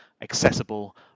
accessible